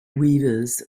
weavers